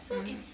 mmhmm